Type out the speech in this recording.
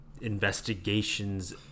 investigations